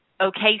okay